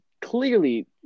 clearly